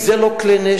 אם זה לא כלי-נשק,